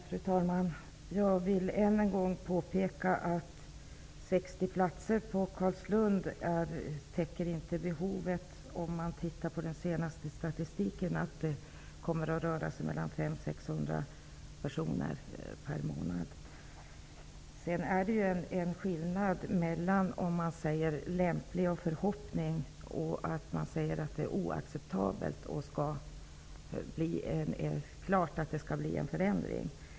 Fru talman! Jag vill än en gång påpeka att 60 platser på Carlslund inte täcker behovet. Enligt den senaste statistiken kommer det att röra sig om 500-- Det finns en skillnad att säga ''lämplig'' och ''förhoppning'' och att säga att situationen är oacceptabel och att det är klart att det skall bli en förändring.